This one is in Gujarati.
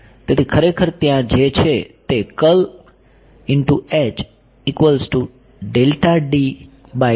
તેથી ખરેખર ત્યાં જે છે તે છે